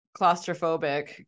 claustrophobic